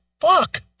Fuck